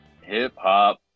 Hip-hop